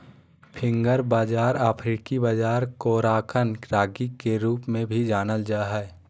finger बाजरा अफ्रीकी बाजरा कोराकन रागी के रूप में भी जानल जा हइ